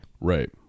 Right